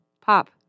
Pop